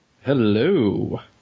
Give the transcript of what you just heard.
hello